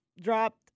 dropped